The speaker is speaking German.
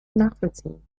nachvollziehen